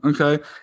Okay